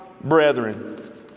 brethren